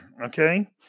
okay